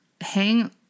Hang